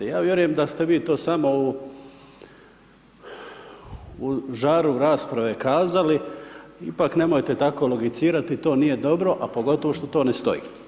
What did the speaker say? Ja vjerujem da ste vi to samo u žaru rasprave kazali ipak nemojte tako logicirati to nije dobro, a pogotovo što to ne stoji.